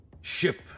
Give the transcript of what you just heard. ship